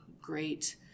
great